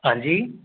हाँ जी